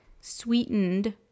sweetened